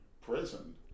prison